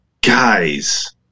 guys